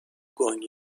گنگ